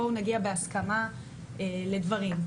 בואו נגיע בהסכמה לדברים,